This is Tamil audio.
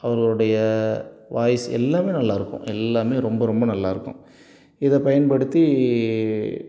அவர்களுடைய வாய்ஸ் எல்லாம் நல்லாயிருக்கும் எல்லாம் ரொம்ப ரொம்ப நல்லாயிருக்கும் இதை பயன்படுத்தி